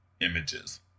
images